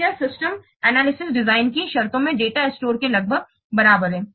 तो यह सिस्टम विश्लेषण डिजाइन की शर्तों में डेटा स्टोर के लगभग बराबर है